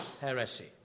heresy